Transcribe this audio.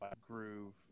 groove